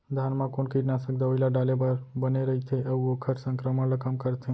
धान म कोन कीटनाशक दवई ल डाले बर बने रइथे, अऊ ओखर संक्रमण ल कम करथें?